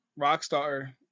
Rockstar